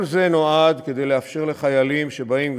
כל זה נועד לאפשר גם לחיילים שבאים,